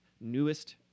newest